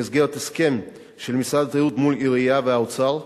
במסגרת הסכם של משרד התיירות עם העירייה והאוצר.